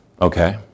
okay